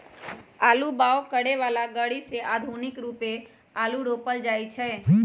आलू बाओ करय बला ग़रि से आधुनिक रुपे आलू रोपल जाइ छै